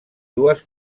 dues